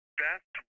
best